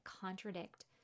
contradict